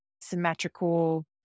symmetrical